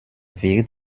wird